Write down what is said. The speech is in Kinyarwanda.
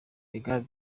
imigambi